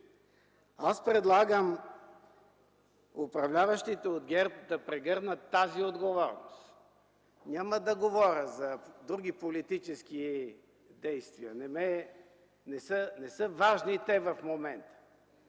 Аз предлагам управляващите от ГЕРБ да прегърнат тази отговорност! Няма да говоря за други политически действия, не са важни те в момента,